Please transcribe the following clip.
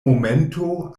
momento